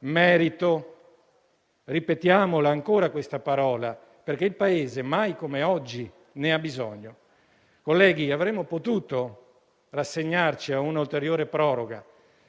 Merito: ripetiamo ancora questa parola perché il Paese mai come oggi ne ha bisogno. Colleghi, avremmo potuto rassegnarci a un'ulteriore proroga,